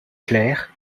clair